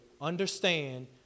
understand